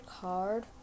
card